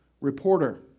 reporter